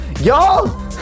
Y'all